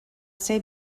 ser